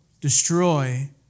Destroy